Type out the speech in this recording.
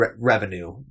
revenue